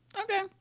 Okay